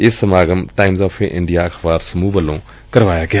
ਇਹ ਸਮਾਗਮ Times of India ਅਖਬਾਰ ਸਮੁਹ ਵੱਲੋਂ ਕਰਵਾਇਆ ਗਿਆ